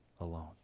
alone